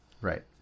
Right